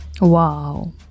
Wow